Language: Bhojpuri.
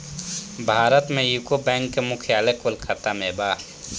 भारत में यूको बैंक के मुख्यालय कोलकाता में बा